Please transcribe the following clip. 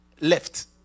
left